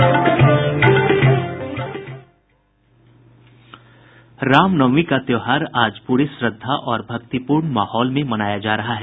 रामनवमी का त्योहार आज पूरे श्रद्धा और भक्तिपूर्ण माहौल में मनाया जा रहा है